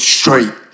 straight